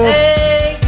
Hey